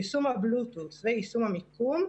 יישום הבלוטות' ויישום המיקום,